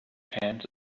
hands